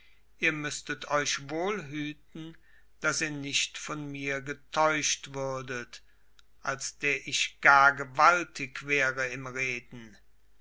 ihr müßtet euch wohl hüten daß ihr nicht von mir getäuscht würdet als der ich gar gewaltig wäre im reden